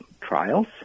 trials